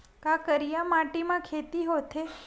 का करिया माटी म खेती होथे?